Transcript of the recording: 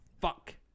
Fuck